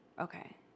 Okay